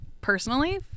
personally